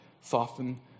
Soften